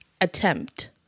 attempt